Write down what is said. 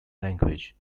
language